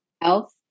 health